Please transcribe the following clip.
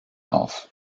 auf